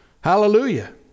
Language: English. Hallelujah